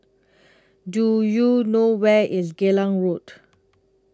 Do YOU know Where IS Geylang Road